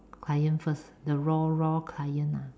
client first the raw raw client lah